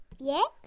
Yes